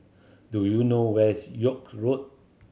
do you know where is York Road